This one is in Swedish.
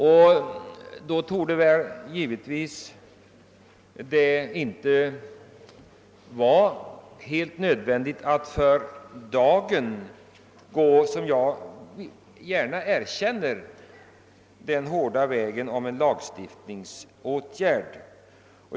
Jag erkänner att det för dagen med anledning av detta inte är nödvändigt att gå den här hårda vägen med en lagstiftningsåtgärd.